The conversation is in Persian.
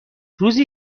روزی